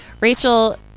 Rachel